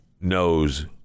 knows